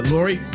Lori